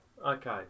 Okay